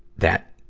that.